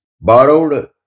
borrowed